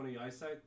eyesight